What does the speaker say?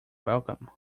welcome